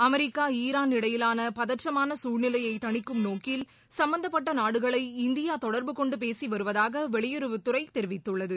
அமெரிக்காஈரான் இடையிலானபதற்றமானசூழ்நிலையைதணிக்கும் நோக்கில் சம்பந்தப்பட்டநாடுகளை இந்தியாதொடர்பு கொண்டுபேசிவருவதாகவெளியுறவுத்துறைதெரிவித்துள்ளது